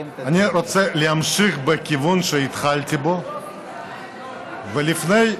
אני רוצה להמשיך בכיוון שהתחלתי בו לפני,